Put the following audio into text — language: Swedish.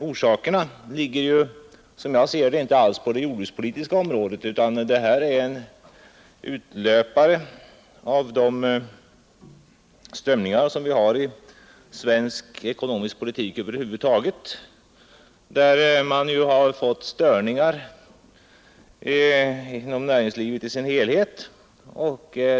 Orsakerna ligger som jag ser det inte alls på det jordbrukspolitiska området, utan detta är en utlöpare av de störningar som vi har i svensk ekonomisk politik över huvud taget, där man har fått störningar inom näringslivet i dess helhet.